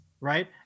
Right